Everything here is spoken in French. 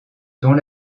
dont